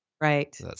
Right